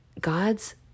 God's